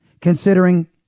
Considering